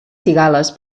cigales